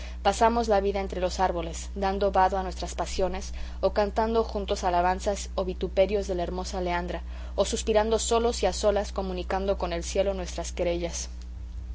pasamos la vida entre los árboles dando vado a nuestras pasiones o cantando juntos alabanzas o vituperios de la hermosa leandra o suspirando solos y a solas comunicando con el cielo nuestras querellas